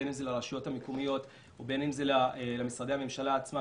בין אם זה לרשויות המקומיות ובין אם זה למשרדי הממשלה עצמם.